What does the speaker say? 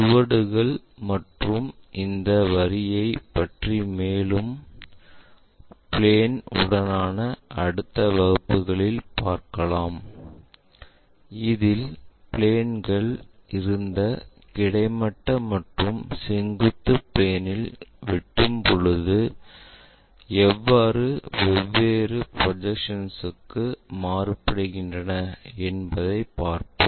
சுவடுகள் மற்றும் இந்த வரிகளைப் பற்றி மேலும் பிளேன் உடனான அடுத்த வகுப்புகளில் பார்க்கலாம் இதில் பிளேன்கள் இந்த கிடைமட்ட மற்றும் செங்குத்து பிளேன் இல் வெட்டும் பொழுது எவ்வாறு வெவ்வேறு ப்ரொஜெக்ஷன்க்கு மாறுபடுகின்றன என்பதை பார்ப்போம்